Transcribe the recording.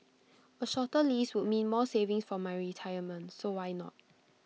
A shorter lease would mean more savings for my retirement so why not